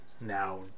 now